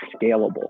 scalable